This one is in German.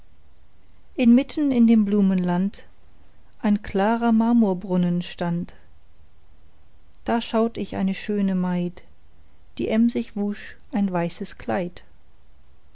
inmitten in dem blumenland ein klarer marmorbrunnen stand da schaut ich eine schöne maid die emsig wusch ein weißes kleid